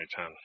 2010